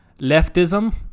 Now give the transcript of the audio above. leftism